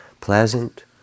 Pleasant